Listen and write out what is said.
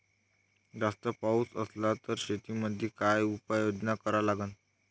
जास्त पाऊस असला त शेतीमंदी काय उपाययोजना करा लागन?